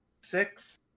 six